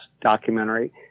documentary